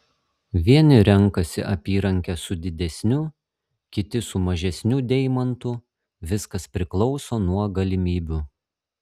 vieni renkasi apyrankę su didesniu kiti su mažesniu deimantu viskas priklauso nuo galimybių